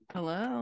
Hello